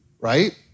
right